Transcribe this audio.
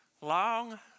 Long